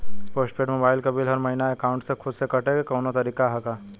Post paid mobile क bill हर महिना एकाउंट से खुद से कटे क कौनो तरीका ह का?